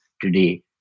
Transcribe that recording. today